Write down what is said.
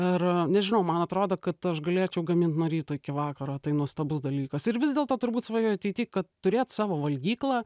ir nežinau man atrodo kad aš galėčiau gamint nuo ryto iki vakaro tai nuostabus dalykas ir vis dėlto turbūt svajoju ateity kad turėt savo valgyklą